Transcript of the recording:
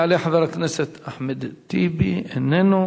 יעלה חבר הכנסת אחמד טיבי, איננו.